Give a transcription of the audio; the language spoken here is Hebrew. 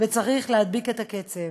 וצריך להדביק את הקצב.